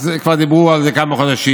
אז כבר דיברו על זה כמה חודשים.